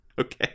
Okay